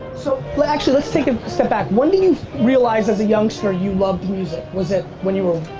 so well actually let's take a step back. when did you realize as a youngster you loved music? was it when you were,